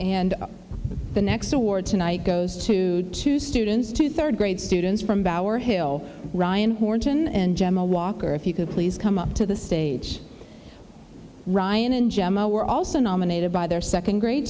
and the next award tonight goes to to students to third grade students from bauer hill ryan horton and gemma walker if you could please come up to the stage ryan and gemma were also nominated by their second grade